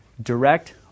direct